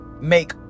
make